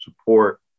support